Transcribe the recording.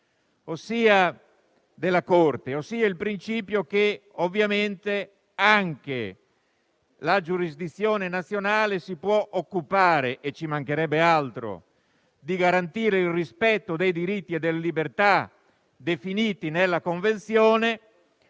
della Corte, ossia il principio che anche la giurisdizione nazionale si può occupare - e ci mancherebbe altro - di garantire il rispetto dei diritti e delle libertà definiti nella Convenzione,